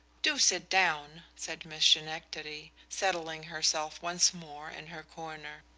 do sit down, said miss schenectady, settling herself once more in her corner.